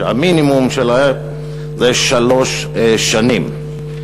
שהמינימום שלה זה שלוש שנים.